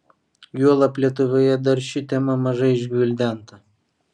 juolab lietuvoje dar ši tema mažai išgvildenta